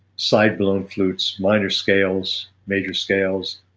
side-blown flutes. minor scales major scales.